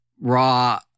raw